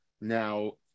Now